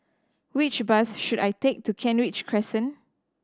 which bus should I take to Kent Ridge Crescent